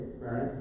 right